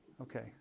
okay